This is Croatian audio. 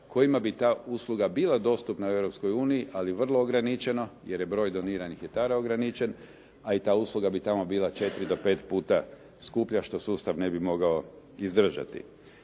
kojima bi ta usluga bila dostupna u Europskoj uniji, ali vrlo ograničeno, jer je broj doniranih jetara ograničen, a i ta usluga bi tamo bila 4 do 5 puta skuplja što sustav ne bio mogao izdržati.